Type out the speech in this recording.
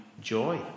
joy